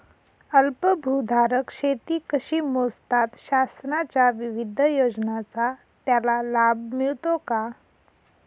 अल्पभूधारक शेती कशी मोजतात? शासनाच्या विविध योजनांचा त्याला लाभ मिळतो का?